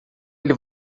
ele